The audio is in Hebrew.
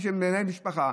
מנהל משפחה,